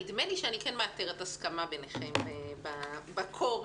נדמה לי שאני כן מאתרת ביניכם הסכמה במוקד,